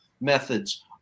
methods